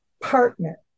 partner